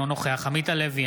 אינו נוכח עמית הלוי,